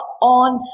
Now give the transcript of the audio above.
on